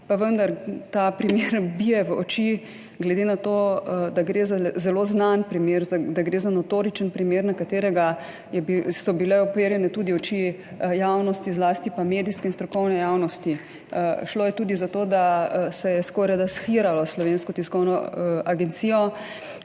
ta primer bije v oči, glede na to, da gre za zelo znan primer, da gre za notoričen primer, v katerega so bile uperjene tudi oči javnosti, zlasti medijske in strokovne javnosti. Šlo je tudi za to, da se je skorajda shiralo Slovensko tiskovno agencijo